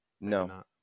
No